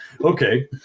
Okay